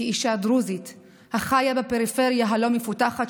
כאישה דרוזית החיה בפריפריה הלא-מפותחת,